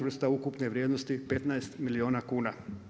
vrsta ukupne vrijednosti 15 milijuna kuna.